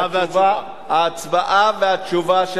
ההצבעה והתשובה.